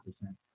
percent